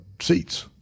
seats